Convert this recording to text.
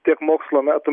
tiek mokslo metų